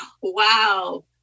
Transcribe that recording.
Wow